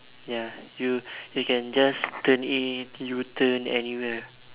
ya you you can just turn in U-turn anywhere